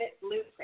Blueprint